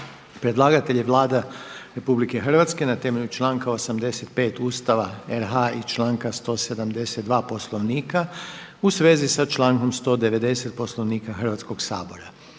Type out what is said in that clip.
Predlagatelj je Vlada Republike Hrvatske na temelju članka 85. Ustava RH i članka 172. Poslovnika u svezi sa člankom 190. Poslovnika Hrvatskog sabora.